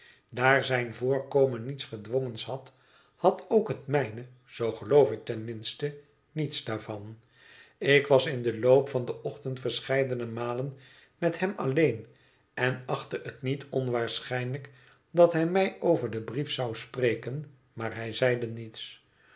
daar zijn voorkomen niets gedwongens had had ook het mijne zoo geloof ik ten minste niets daarvan ik was in den loop van den ochtend verscheidene malen met hem alleen en achtte het niet onwaarschijnlijk dat hij mij over den brief zou spreken maar hij zeide niets